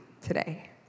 today